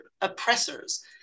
oppressors